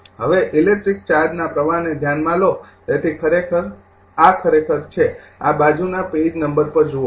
હવે ઇલેક્ટ્રિક ચાર્જના પ્રવાહને ધ્યાનમાં લો તેથી આ બાજુના પેઇઝ નંબર પર જુઓ